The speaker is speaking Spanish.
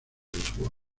lisboa